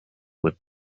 with